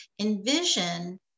envision